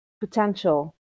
potential